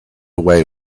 away